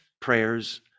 prayers